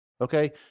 okay